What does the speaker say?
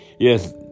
Yes